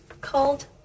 called